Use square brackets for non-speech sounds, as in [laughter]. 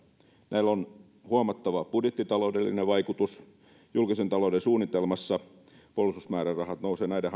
näillä on huomattava budjettitaloudellinen vaikutus julkisen talouden suunnitelmassa puolustusmäärärahat nousevat näiden [unintelligible]